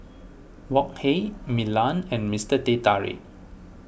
Wok Hey Milan and Mister Teh Tarik